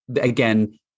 again